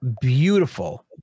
Beautiful